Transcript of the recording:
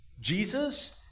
Jesus